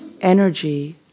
energy